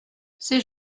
c’est